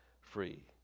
free